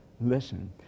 listen